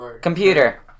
Computer